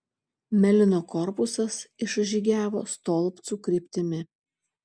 melino korpusas išžygiavo stolpcų kryptimi